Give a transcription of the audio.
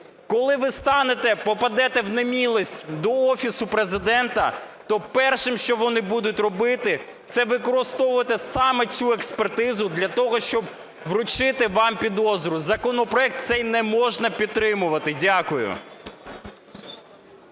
Коли ви станете, попадете в немилость до Офісу Президента, то першим, що вони будуть робити, це використовувати саме цю експертизу для того, щоб вручити вам підозру. Законопроект цей не можна підтримувати. Дякую.